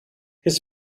his